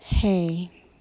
Hey